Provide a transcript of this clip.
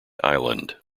island